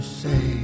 say